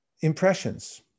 impressions